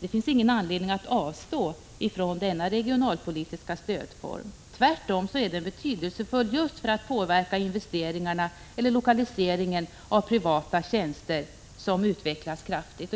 Det finns ingen anledning att avstå från denna regionalpolitiska stödform. Tvärtom är den betydelsefull just för att påverka investeringarna eller lokaliseringen av privata tjänster som utvecklas kraftigt.